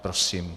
Prosím.